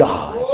God